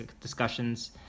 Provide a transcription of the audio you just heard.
discussions